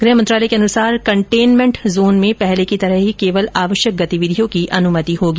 गृह मंत्रालय के अनुसार केन्टेनमेंट जोन में पहले की तरह ही केवल आवश्यक गतिविधियों की अनुमति होगी